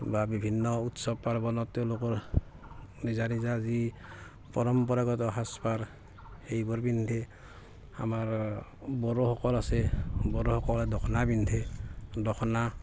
বা বিভিন্ন উৎসৱ পাৰ্বণত তেওঁলোকৰ নিজা নিজা যি পৰম্পৰাগত সাজপাৰ সেইবোৰ পিন্ধে আমাৰ বড়োসকল আছে বড়োসকলে দখনা পিন্ধে দখনা